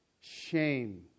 shame